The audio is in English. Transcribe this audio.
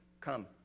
Come